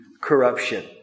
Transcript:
corruption